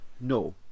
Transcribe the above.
no